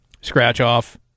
scratch-off